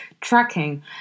tracking